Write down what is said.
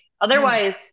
otherwise